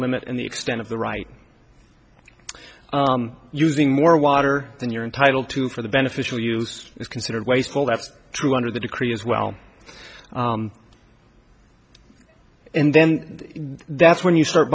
limit and the extent of the right using more water than you're entitle to for the beneficial use is considered wasteful that's true under the decree as well and then that's when you start